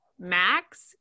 max